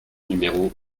numéro